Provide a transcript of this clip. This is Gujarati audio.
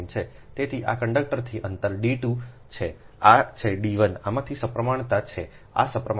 તેથી આ કંડક્ટરથી અંતર d2 છે આ છે d1 આમાંથી સપ્રમાણતા છે આ સપ્રમાણતા છે